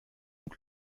donc